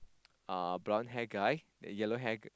uh blonde hair guy the yellow hair